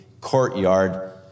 courtyard